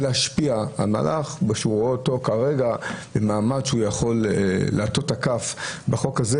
להשפיע על מהלך --- במעמד שהוא יכול להטות את הכף בחוק הזה